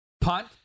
Punt